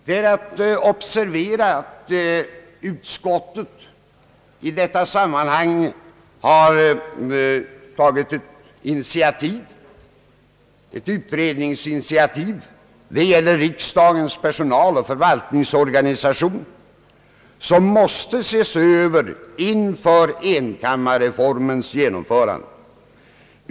Det är att observera att utskottet i detta sammanhang redan tagit ett utredningsinitiativ. Det gäller riksdagens personaloch förvaltningsorganisation, som måste ses över inför enkammarreformens genomförande.